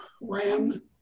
ran